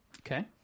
Okay